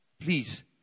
Please